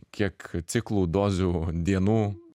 kiek ciklų dozių dienų